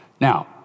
Now